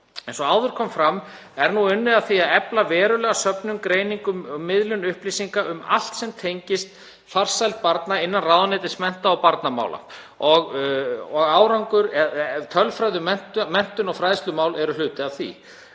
Eins og áður kom fram er nú unnið að því að efla verulega söfnun, greiningu og miðlun upplýsinga um allt sem tengist farsæld barna innan ráðuneytis mennta- og barnamála og tölfræði um menntun og fræðslumál er hluti af því.